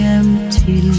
empty